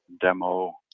demo